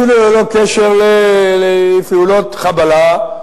אפילו ללא קשר לפעולות חבלה.